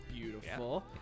beautiful